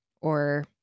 or-